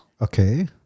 Okay